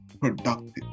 productive